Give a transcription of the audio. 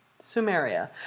Sumeria